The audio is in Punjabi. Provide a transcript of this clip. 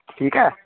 ਠੀਕ ਹੈ